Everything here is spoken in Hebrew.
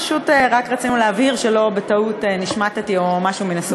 פשוט רק רצינו להבהיר שלא בטעות נשמטתי או משהו מן הסוג הזה.